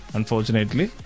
Unfortunately